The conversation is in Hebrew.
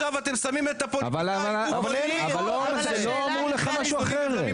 אבל לא אמרו לך משהו אחר.